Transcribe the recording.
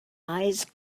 eyes